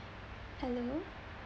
hello